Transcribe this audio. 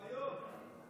חיות.